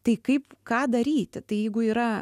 tai kaip ką daryti tai jeigu yra